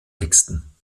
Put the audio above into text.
texten